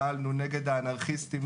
פעלנו נגד האנרכיסטים,